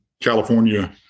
California